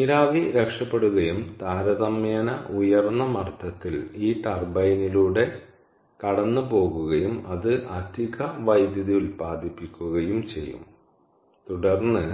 നീരാവി രക്ഷപ്പെടുകയും താരതമ്യേന ഉയർന്ന മർദ്ദത്തിൽ ഈ ടർബൈനിലൂടെ കടന്നുപോകുകയും അത് അധിക വൈദ്യുതി ഉൽപ്പാദിപ്പിക്കുകയും ചെയ്യും തുടർന്ന്